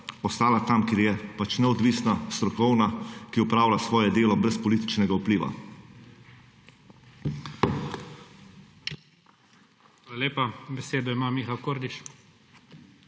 ostala tam, kjer je pač neodvisna, strokovna, ki opravlja svoje delo brez političnega vpliva.